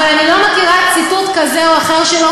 אבל אני לא מכירה ציטוט כזה או אחר שלו,